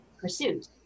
pursuit